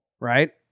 right